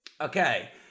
Okay